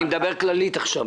אני מדבר כללית עכשיו,